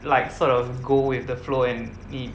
like sort of go with the flow and 你